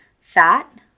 Fat